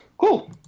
Cool